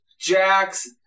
Jax